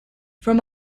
from